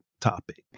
topic